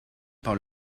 par